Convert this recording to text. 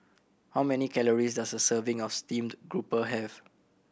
how many calories does a serving of steamed grouper have